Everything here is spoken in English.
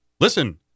Listen